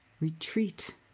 retreat